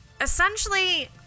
essentially